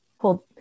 hold